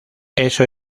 eso